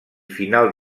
final